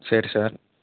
சரி சார்